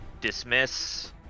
dismiss